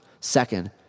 second